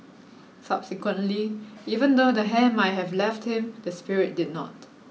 subsequently even though the hair might have left him the spirit did not